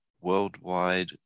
worldwide